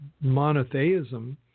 monotheism